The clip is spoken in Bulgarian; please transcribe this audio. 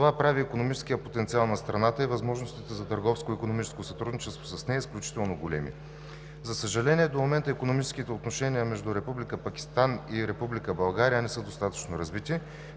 Това прави икономическия потенциал на тази страна и възможностите за търговско-икономическо сътрудничество с нея изключително големи. За съжаление, до момента икономическите отношения на Република България с Пакистан не са достатъчно развити.